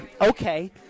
Okay